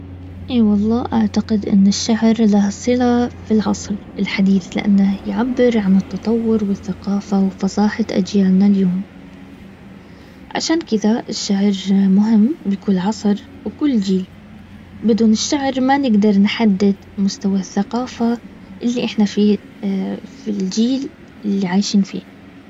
اي والله اعتقد ان الشعر له صله في العصر الحديث لانه يعبر عن التطور والثقافة وفصاحة اجيالنا اليوم. عشان كذا الشعر مهم لكل عصر وكل جيل بدون الشعر ما نقدر نحدد مستوى الثقافة اللي احنا في الجيل اللي عايشين فيه